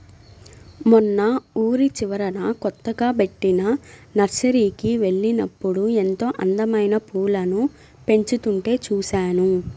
మొన్న ఊరి చివరన కొత్తగా బెట్టిన నర్సరీకి వెళ్ళినప్పుడు ఎంతో అందమైన పూలను పెంచుతుంటే చూశాను